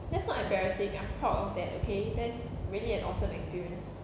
that's not embarrassing I'm proud of that okay that's really an awesome experience